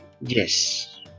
Yes